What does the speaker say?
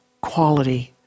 quality